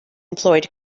employed